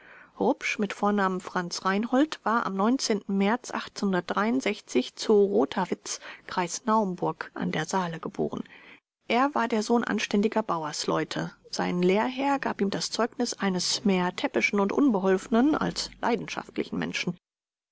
rupsch mit vornamen franz reinhold war am märz zu rothavitz kreis naumburg a d s geboren er war der sohn anständiger bauersleute sein lehrherr gab ihm das zeugnis eines mehr täppischen und unbeholfenen als leidenschaftlichen menschen